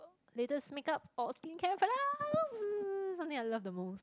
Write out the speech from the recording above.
latest makeup or skincare product um something I love the most